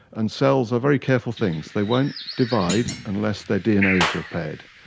and cells are very careful things. they won't divide unless their dna is repaired.